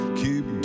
keep